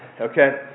okay